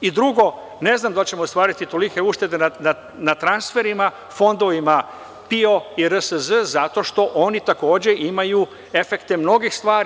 Drugo, ne znam da li ćemo ostvariti tolike uštede na transferima, fondovima PIO i RSZ, zato što oni takođe imaju efekte mnogih stvari.